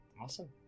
Awesome